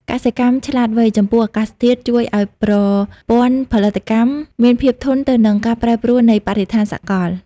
កសិកម្មឆ្លាតវៃចំពោះអាកាសធាតុ ជួយឱ្យប្រព័ន្ធផលិតកម្មមានភាពធន់ទៅនឹងការប្រែប្រួលនៃបរិស្ថានសកល។